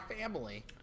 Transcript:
family